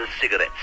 cigarettes